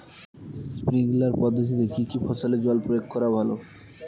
Sprinkler পদ্ধতিতে কি কী ফসলে জল প্রয়োগ করা ভালো?